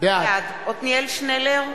בעד עתניאל שנלר,